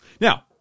Now